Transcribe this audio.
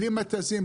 בלי מתזים,